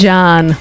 John